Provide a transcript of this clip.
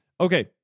Okay